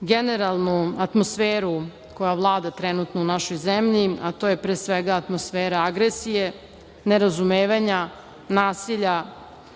generalnu atmosferu koja vlada trenutno u našoj zemlji, a to je pre svega atmosfera agresije, nerazumevanja, nasilja